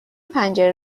پنجره